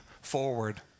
forward